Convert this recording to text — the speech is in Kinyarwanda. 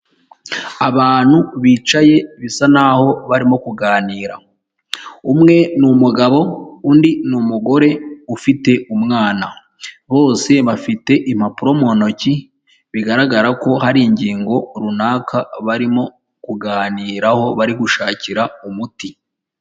Abantu bicaye bisa naho barimo kuganira umwe n'umugabo undi n'umugore ufite umwana, bose bafite impapuro mu ntoki bigaragara ko hari ingingo runaka barimo kuganiraho bari gushakira umuti.